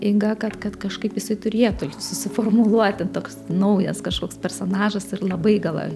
eiga kad kad kažkaip jisai turėtų susiformuluoti toks naujas kažkoks personažas ir labai gala